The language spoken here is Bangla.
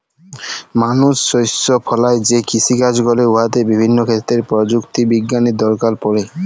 মালুস শস্য ফলাঁয় যে কিষিকাজ ক্যরে উয়াতে বিভিল্য ক্ষেত্রে পরযুক্তি বিজ্ঞালের দরকার পড়ে